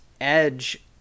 edge